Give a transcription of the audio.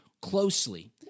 closely